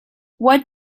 what